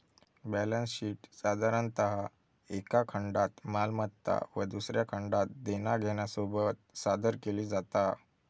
balance शीटसाधारणतः एका खंडात मालमत्ता व दुसऱ्या खंडात देना घेण्यासोबत सादर केली जाता